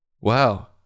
Wow